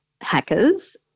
hackers